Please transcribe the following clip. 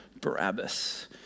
Barabbas